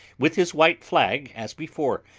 with his white flag, as before,